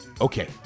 okay